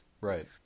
Right